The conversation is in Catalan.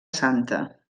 santa